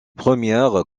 premières